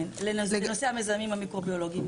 כן, לנושא המזהמים המיקרוביולוגיים.